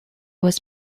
was